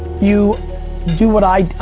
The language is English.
you do what i,